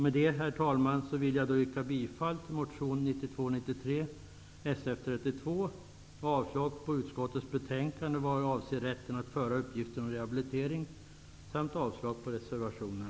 Med det, herr talman, vill jag yrka bifall till motion